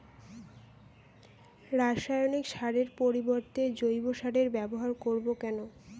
রাসায়নিক সারের পরিবর্তে জৈব সারের ব্যবহার করব কেন?